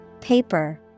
paper